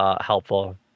helpful